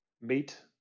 meet